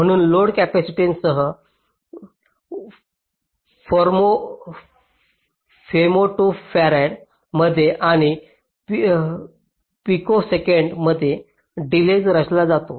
म्हणून load capacitances femtofarads मध्ये आणि पिकोसेकँड्स मध्ये डिलेज रचला जातो